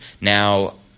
Now